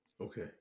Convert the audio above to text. Okay